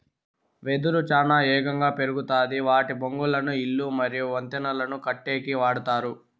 వెదురు చానా ఏగంగా పెరుగుతాది వాటి బొంగులను ఇల్లు మరియు వంతెనలను కట్టేకి వాడతారు